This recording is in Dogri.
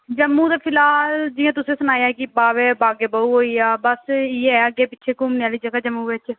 जम्मू दा फ़िलहाल जि'यां तुसें सनाया ऐ कि बावे बागे बाहु होई गेआ बस इयै अग्गें पिच्छें घूमने आहली जगह् जम्मू बिच्च